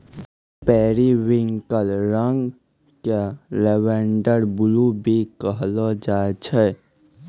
periwinkle रंग क lavender blue भी कहलो जाय छै